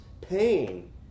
pain